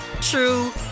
true